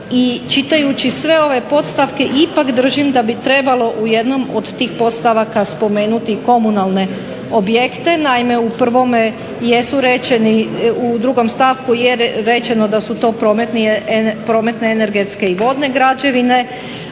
čitajući sve ove podstavke ipak držim da bi trebalo u jednom od tih podstavaka spomenuti i komunalne objekte. Naime u prvome jesu rečeni, u drugom stavku je rečeno da su to prometne, energetske i vodne građevine,